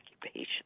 occupation